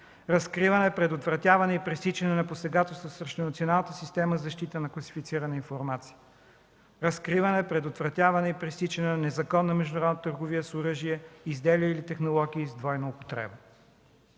Разкриване, предотвратяване и пресичане на посегателства срещу националната система за защита на класифицирана информация. Разкриване, предотвратяване и пресичане на незаконна международна търговия с оръжия, изделия или технологии с двойна употреба.